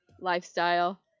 lifestyle